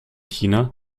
china